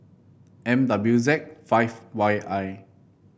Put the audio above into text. M W Z five Y I